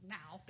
now